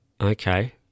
okay